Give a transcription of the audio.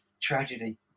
tragedy